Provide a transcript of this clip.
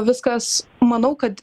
viskas manau kad